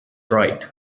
right